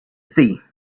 see